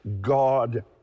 God